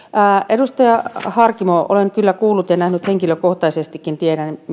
edustaja harkimo olen kyllä kuullut näistä käsittelyajoista ja nähnyt henkilökohtaisestikin tiedän